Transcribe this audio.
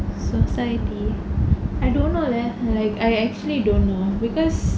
society I don't know leh like I actually don't know because